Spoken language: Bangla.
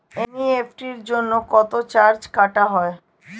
এন.ই.এফ.টি জন্য কত চার্জ কাটা হয়?